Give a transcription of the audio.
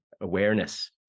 awareness